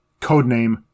Codename